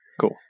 Cool